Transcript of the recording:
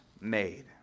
made